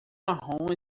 marrom